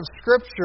Scripture